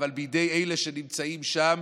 אבל בידי אלה שנמצאים שם